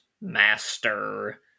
master